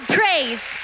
praise